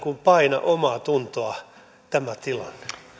paina omaatuntoa tämä tilanne